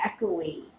echoey